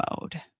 mode